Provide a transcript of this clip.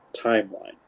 timeline